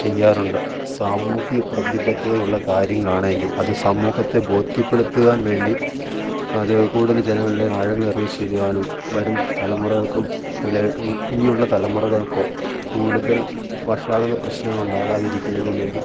ചെയ്യാറുണ്ട് സാമൂഹ്യ പ്രതിബദ്ധതയുള്ള കാര്യങ്ങളാണ് എങ്കിൽ അത് സമൂഹത്തെ ബോധ്യപ്പെടുത്തുവാൻ വേണ്ടി അത് കൂടുതൽ ജനങ്ങളുടെ ആഴങ്ങളിൽ ഇറങ്ങി ചെല്ലുവാനും വരും തലമുറകൾക്കും അല്ലെങ്കിൽ ഇനിയുള്ള തലമുറകൾക്കോ കൂടുതൽ വഷളാകുന്ന പ്രശ്നങ്ങൾ ഉണ്ടാകാതിരിക്കുന്നതിനും വേണ്ടി